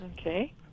Okay